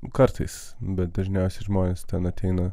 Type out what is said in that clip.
kartais bet dažniausiai žmonės ten ateina